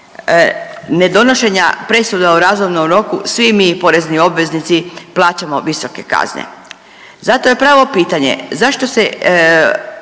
donošenja presuda u razumnom roku svi mi porezni obveznici plaćamo visoke kazne. Zato je pravo pitanje zašto se